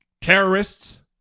terrorists